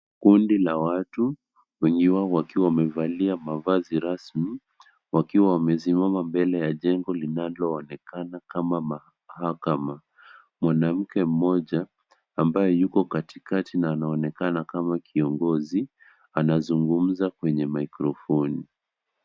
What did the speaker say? Kundi la watu, wengi wao wakiwa wamevalia mavazi rasmi, wakiwa wamesimama mbele ya jengo linaloonekana kama mahakama. Mwanamke mmoja ambaye yuko katikati na anaonekana kama kiongozi, anazungumza kwenye maikrofoni.